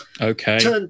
Okay